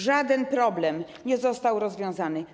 Żaden problem nie został rozwiązany.